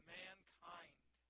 mankind